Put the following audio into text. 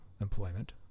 employment